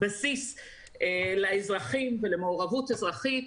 בסיס לאזרחים ולמעורבות אזרחית